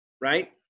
right